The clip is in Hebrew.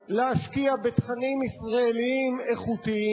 להשקיע בתכנים ישראליים איכותיים,